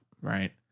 Right